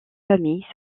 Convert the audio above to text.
famille